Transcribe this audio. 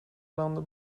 landen